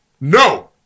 No